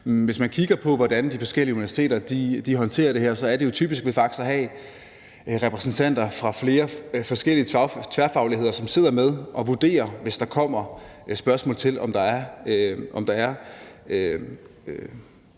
Hvis man kigger på, hvordan de forskellige universiteter håndterer det her, er det jo typisk ved faktisk at have repræsentanter fra forskellige fagligheder, som sidder med og vurderer, hvis der kommer spørgsmål om, hvorvidt der er